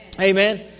Amen